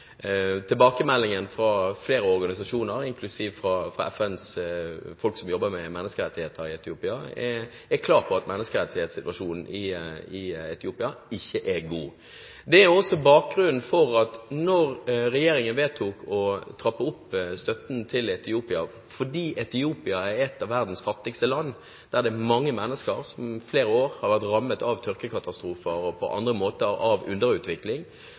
Tilbakemeldingen fra flere organisasjoner, inkludert fra FNs folk som jobber med menneskerettigheter i Etiopia, er klar på at menneskerettighetssituasjonen i Etiopia ikke er god. Det er også bakgrunnen for at regjeringen vedtok å trappe opp støtten til Etiopia. Etiopia er et av verdens fattigste land, hvor det er mange mennesker som i flere år har vært rammet av tørkekatastrofer og på andre måter har vært rammet av underutvikling.